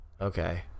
Okay